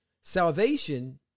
Salvation